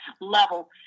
level